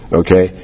okay